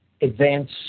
advance